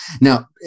now